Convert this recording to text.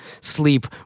sleep